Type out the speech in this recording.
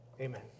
Amen